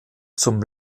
zum